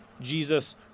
Jesus